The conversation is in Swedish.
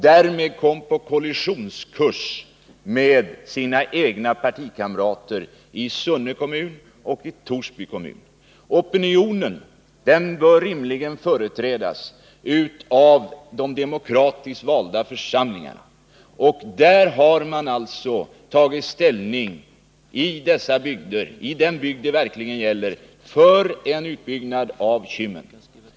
Därmed kom de på kollisionskurs med sina egna partikamrater i Sunne kommun och Torsby kommun. Opinionen bör rimligen företrädas av de demokratiskt valda församlingarna. Man har alltså i den bygd beslutet verkligen gäller tagit ställning för en utbyggnad av Kymmen.